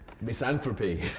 Misanthropy